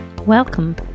Welcome